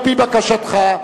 על-פי בקשתך,